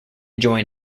join